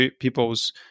people's